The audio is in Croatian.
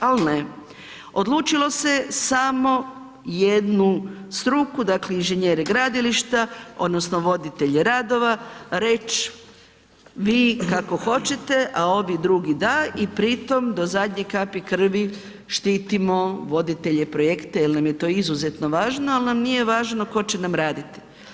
Ali ne, odlučilo se je samo jednu struku dakle inženjere gradilišta odnosno voditelje radova reći vi kako hoćete, a ovi drugi da i pritom do zadnje kapi krvi štitimo voditelje projekta jer nam je to izuzetno važno, al nam nije važno tko će nam raditi.